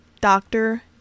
doctor